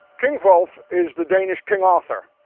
king hrolf is the danish king arthur.